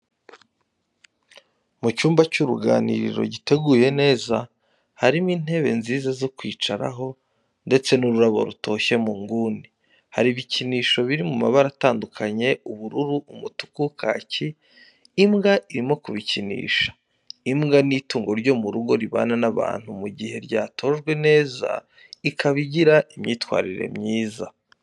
Mu cyumba cy'uruganiriro giteguye neza, harimo intebe nziza zo kwicaraho, ndetse n'ururabo rutoshye mu nguni, hari ibikinisho biri mu mabara atandukanye ubururu, umutuku, kaki, imbwa irimo kubikinsha. Imbwa ni itungo ryo mu rugo ribana n'abantu mu gihe yatojwe neza ikaba igira imyitwarire myiza.